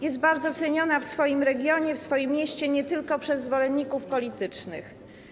Jest bardzo ceniona w swoim regionie, w swoim mieście nie tylko przez zwolenników politycznych.